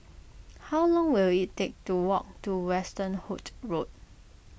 how long will it take to walk to Westerhout Road